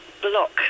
block